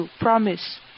promise